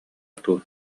дуу